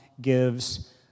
gives